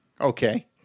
Okay